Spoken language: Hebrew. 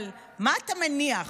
אבל מה אתה מניח,